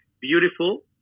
Beautiful